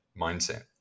mindset